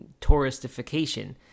touristification